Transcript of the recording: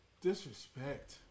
Disrespect